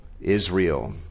Israel